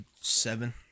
seven